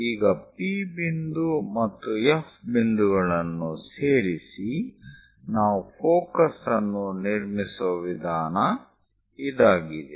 ಈಗ P ಬಿಂದು ಮತ್ತು F ಬಿಂದುಗಳನ್ನು ಸೇರಿಸಿ ನಾವು ಫೋಕಸ್ ಅನ್ನು ನಿರ್ಮಿಸುವ ವಿಧಾನ ಇದಾಗಿದೆ